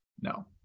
No